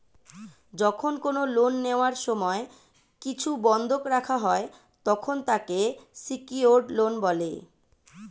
যখন কোন লোন নেওয়ার সময় কিছু বন্ধক রাখা হয়, তখন তাকে সিকিওরড লোন বলে